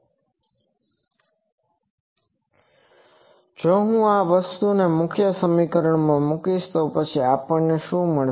હવે જો હું આ વસ્તુને મુખ્ય સમીકરણમાં મુકીશ તો પછી આપણને શું મળશે